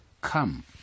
come